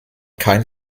kein